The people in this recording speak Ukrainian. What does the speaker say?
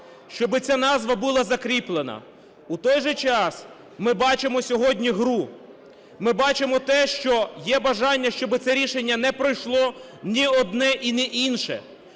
щоби ця назва була закріплена. У той же час, ми бачимо сьогодні гру, ми бачимо те, що є бажання, щоби це рішення не пройшло, ні одне і не інше.